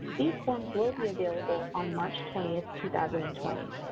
these forms will be available on march twenty, two thousand and twenty,